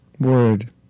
word